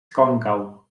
còncau